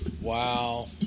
Wow